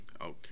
Okay